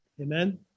Amen